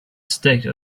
state